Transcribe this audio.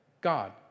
God